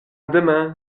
demain